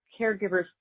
caregivers